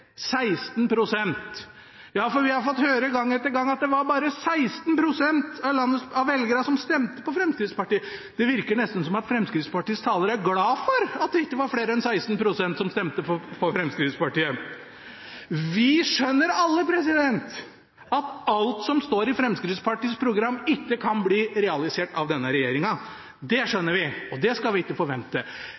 prosent. Ja, for vi har fått høre gang etter gang at det bare var 16 pst. av velgerne som stemte på Fremskrittspartiet. Det virker nesten som om Fremskrittspartiets talere er glade for at det ikke var flere enn 16 pst. som stemte på Fremskrittspartiet. Vi skjønner alle at alt som står i Fremskrittspartiets program, ikke kan bli realisert av denne regjeringen. Det skjønner vi, og det skal vi ikke forvente.